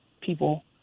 people